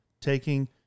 taking